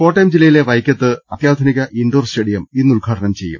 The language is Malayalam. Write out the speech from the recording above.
കോട്ടയം ജില്ലയിലെ വൈക്കത്ത് അത്യാധുനിക ഇൻഡോർ സ്റ്റേഡിയം ഇന്ന് ഉദ്ഘാടനം ചെയ്യും